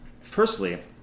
Firstly